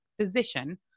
physician